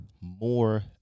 more